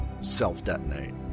self-detonate